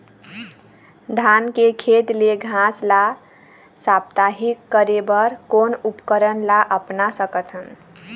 धान के खेत ले घास ला साप्ताहिक करे बर कोन उपकरण ला अपना सकथन?